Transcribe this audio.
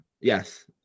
Yes